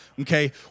Okay